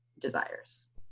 desires